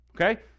Okay